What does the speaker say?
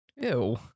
Ew